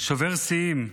שובר שיאים,